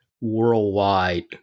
worldwide